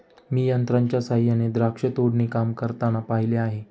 मी यंत्रांच्या सहाय्याने द्राक्ष तोडणी काम करताना पाहिले आहे